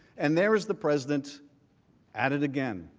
and there is the president added again.